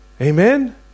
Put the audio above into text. Amen